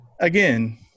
again